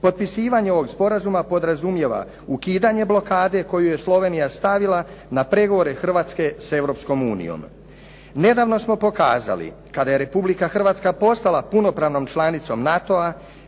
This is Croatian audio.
potpisivanje ovog sporazuma podrazumijeva ukidanje blokade koju je Slovenija stavila na pregovore Hrvatske sa Europskom unijom. Nedavno smo pokazali, kada je Republika Hrvatska postala punopravnom članicom NATO-a,